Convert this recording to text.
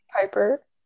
Piper